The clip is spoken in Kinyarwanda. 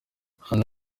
hano